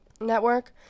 network